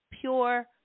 pure